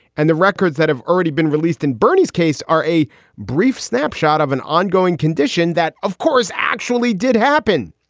and the records that have already been released in bernie's case are a brief snapshot of an ongoing condition. that, of course, actually did happen.